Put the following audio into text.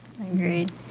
Agreed